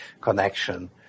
connection